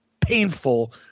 painful